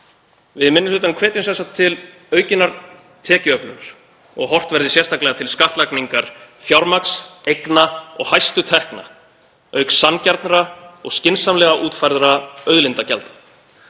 Við í minni hlutanum hvetjum til aukinnar tekjuöflunar og að horft verði sérstaklega til skattlagningar fjármagns, eigna og hæstu tekna auk sanngjarnra og skynsamlega útfærðra auðlindagjalda.